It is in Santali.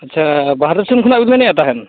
ᱟᱪᱪᱷᱟ ᱵᱟᱦᱨᱮ ᱥᱮᱱ ᱠᱷᱚᱱᱟᱜ ᱵᱤᱱ ᱢᱮᱱᱮᱜᱼᱟ ᱛᱟᱦᱮᱱ